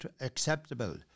acceptable